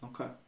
Okay